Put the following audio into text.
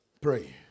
Pray